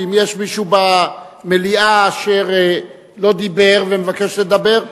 ואם יש מישהו במליאה אשר לא דיבר ומבקש לדבר,